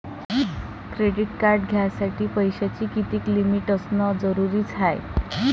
Credit card घ्यासाठी पैशाची कितीक लिमिट असनं जरुरीच हाय?